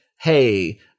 hey